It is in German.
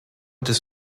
des